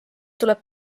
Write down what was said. tuleb